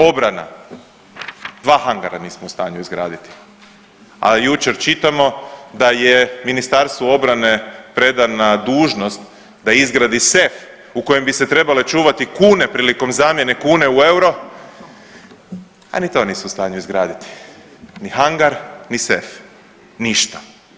Obrana, dva hangara nismo u stanju izgraditi a jučer čitamo da ja Ministarstvu obrane predana dužnost da izgradi sef u kojem bi se trebale čuvati kune prilikom zamjene kune u euro, a ni to nisu u stanju izgraditi, ni hangar ni sef, ništa.